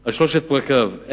על שלושת פרקיו,